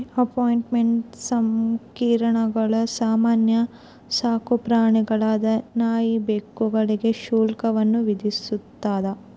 apartment ಸಂಕೀರ್ಣಗಳು ಸಾಮಾನ್ಯ ಸಾಕುಪ್ರಾಣಿಗಳಾದ ನಾಯಿ ಬೆಕ್ಕುಗಳಿಗೆ ಶುಲ್ಕವನ್ನು ವಿಧಿಸ್ತದ